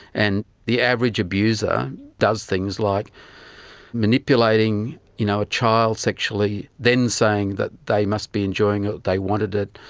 and the average abuser does things like manipulating you know a child sexually, then saying that they must be enjoying it, they wanted it,